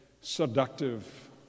seductive